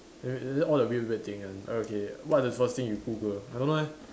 eh wait is it all the weird weird thing one okay what's the first thing you Google I don't know leh